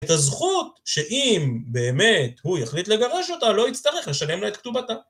את הזכות שאם באמת הוא יחליט לגרש אותה, לא יצטרך לשלם לה את כתובתה.